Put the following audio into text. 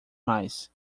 mais